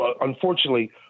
unfortunately